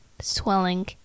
swelling